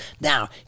Now